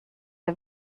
der